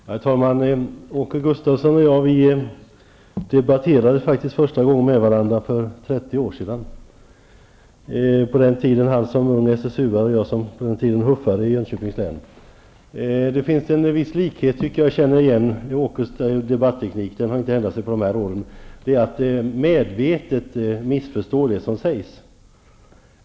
Herr talman! Åke Gustavsson och jag debatterade faktiskt första gången med varandra för 30 år sedan, då han var SSU-are och jag var MUF-are i Jönköpings län. Jag känner igen Åke Gustavssons debatteknik, som inte har ändrat sig under de här åren och som går ut på att medvetet missförstå det som sägs.